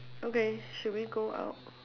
okay should we go out